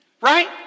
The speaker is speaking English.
Right